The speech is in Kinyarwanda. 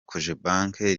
cogebanque